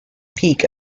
peak